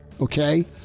okay